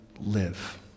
live